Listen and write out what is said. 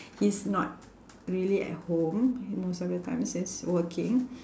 he's not really at home most of the time since working